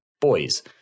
boys